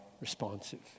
responsive